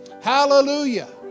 hallelujah